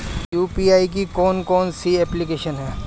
UPI की कौन कौन सी एप्लिकेशन हैं?